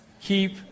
keep